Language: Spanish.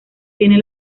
tiene